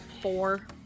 Four